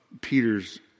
Peter's